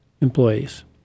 employees